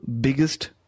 biggest